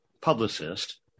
publicist